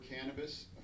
cannabis